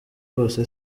rwose